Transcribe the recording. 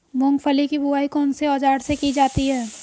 मूंगफली की बुआई कौनसे औज़ार से की जाती है?